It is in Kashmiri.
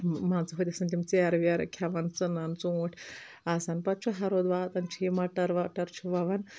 مان ژٕ ہوتہِ آسان تِم ژیرٕ ویرٕ کھٮ۪وان ژٕنن ژوٗنٛٹھۍ آسان پتہٕ چھُ ہرُد واتان چھ یہِ مٹر وٹر چھِ ووان